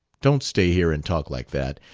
don't stay here and talk like that.